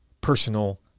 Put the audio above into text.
personal